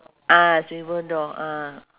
ah swivel door ah